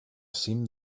cim